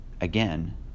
Again